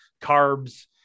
carbs